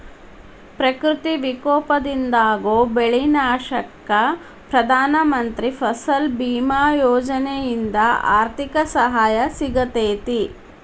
ಪ್ರಕೃತಿ ವಿಕೋಪದಿಂದಾಗೋ ಬೆಳಿ ನಾಶಕ್ಕ ಪ್ರಧಾನ ಮಂತ್ರಿ ಫಸಲ್ ಬಿಮಾ ಯೋಜನೆಯಿಂದ ಆರ್ಥಿಕ ಸಹಾಯ ಸಿಗತೇತಿ